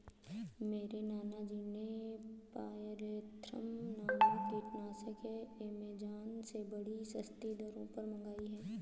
मेरे नाना जी ने पायरेथ्रम नामक कीटनाशक एमेजॉन से बड़ी सस्ती दरों पर मंगाई है